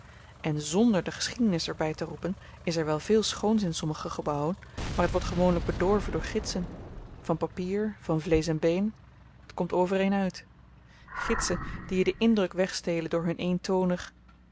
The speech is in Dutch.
en zonder de geschiedenis er byteroepen is er wel veel schoons in sommige gebouwen maar t wordt gewoonlyk bedorven door gidsen van papier van vleesch en been t komt overeen uit gidsen die je den indruk wegstelen door hun eentonig